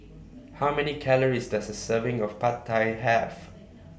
How Many Calories Does A Serving of Pad Thai Have